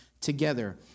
together